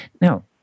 Now